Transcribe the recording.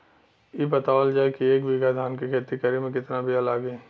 इ बतावल जाए के एक बिघा धान के खेती करेमे कितना बिया लागि?